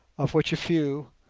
of which a few,